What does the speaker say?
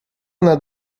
nad